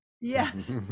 yes